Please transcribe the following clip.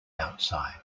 outside